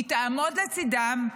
היא תעמוד לצידם,